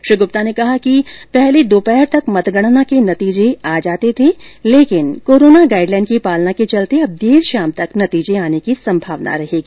श्री गुप्ता ने कहा कि पहले दोपहर तक मतगणना के नतीजे आ जाते थे लेकिन कोरोना गाइडलाइन की पालना के चलते अब देर शाम तक नतीजे आने की संभावना रहेगी